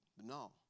no